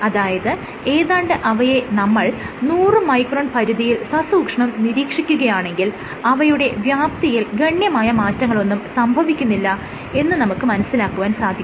അതായത് ഏതാണ്ട് അവയെ നമ്മൾ നൂറ് മൈക്രോൺ പരിധിയിൽ സസൂക്ഷ്മം നിരീക്ഷിക്കുകയാണെങ്കിൽ അവയുടെ വ്യാപ്തിയിൽ ഗണ്യമായ മാറ്റങ്ങളൊന്നും സംഭവിക്കുന്നില്ല എന്ന് നമുക്ക് മനസ്സിലാക്കുവാൻ സാധിക്കും